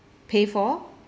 pay for